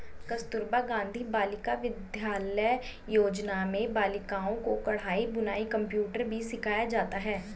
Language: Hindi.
कस्तूरबा गाँधी बालिका विद्यालय योजना में बालिकाओं को कढ़ाई बुनाई कंप्यूटर भी सिखाया जाता है